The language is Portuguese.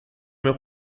meu